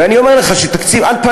ואני אומר לך שעל פניו,